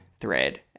thread